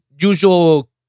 usual